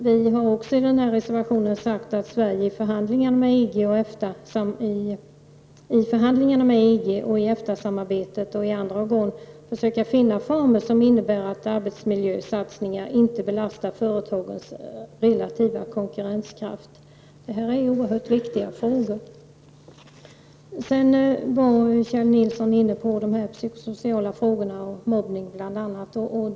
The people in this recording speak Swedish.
Vi har också i vår reservation sagt att Sverige i förhandlingar med EG och andra organ samt i EFTA-samarbetet skall försöka se till att arbetsmiljösatsningar inte belastar företagens relativa konkurrenskraft. Detta är oerhört viktiga frågor. Kjell Nilsson tog också upp de psykosociala frågorna och bl.a. mobbning.